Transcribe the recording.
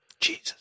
jesus